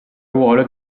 ruolo